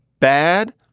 bad,